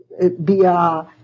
via